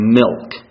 milk